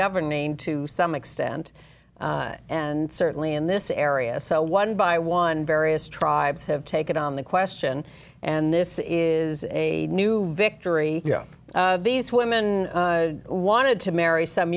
governing to some extent and certainly in this area so one by one various tribes have taken on the question and this is a new victory these women wanted to marry some